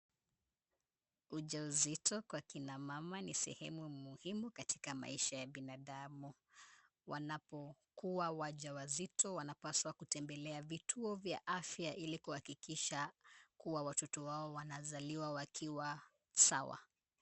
Ujauzito kwa kina mama ni sehemu muhimu katika maisha ya binadamu wanapokuwa wajawazito wanapaswa kutembelea vituo vya afya ili kuhakikisha kuwa watoto wao wanazaliwa wakiwa sawa.